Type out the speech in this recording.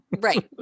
right